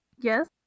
Yes